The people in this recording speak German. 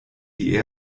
die